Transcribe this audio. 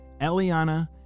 Eliana